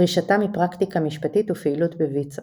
פרישתה מפרקטיקה משפטית ופעילות בויצו